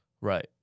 Right